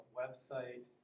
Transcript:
website